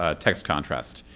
ah text contrast.